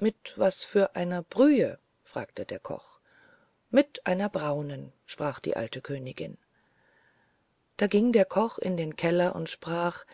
mit was für einer brühe fragte der koch mit einer braunen sprach die alte königin da ging der koch in den keller und sprach